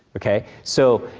okay? so,